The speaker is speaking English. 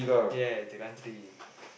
ya the country